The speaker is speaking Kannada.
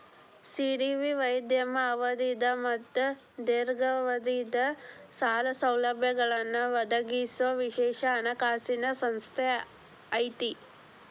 ಸಿ.ಡಿ.ಬಿ ಮಧ್ಯಮ ಅವಧಿದ್ ಮತ್ತ ದೇರ್ಘಾವಧಿದ್ ಸಾಲ ಸೌಲಭ್ಯಗಳನ್ನ ಒದಗಿಸೊ ವಿಶೇಷ ಹಣಕಾಸಿನ್ ಸಂಸ್ಥೆ ಐತಿ